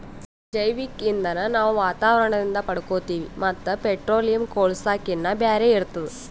ಜೈವಿಕ್ ಇಂಧನ್ ನಾವ್ ವಾತಾವರಣದಿಂದ್ ಪಡ್ಕೋತೀವಿ ಮತ್ತ್ ಪೆಟ್ರೋಲಿಯಂ, ಕೂಳ್ಸಾಕಿನ್ನಾ ಬ್ಯಾರೆ ಇರ್ತದ